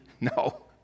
No